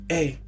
Hey